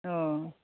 अ